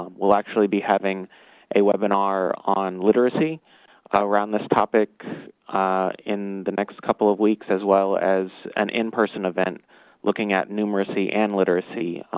um we'll actually be having a webinar on literacy around this topic in the next couple of weeks, as well as an in-person event looking at numeracy and literacy.